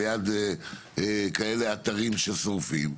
ליד כאלה אתרים ששורפים.